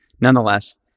nonetheless